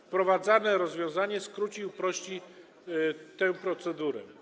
Wprowadzane rozwiązanie skróci i uprości tę procedurę.